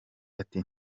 ati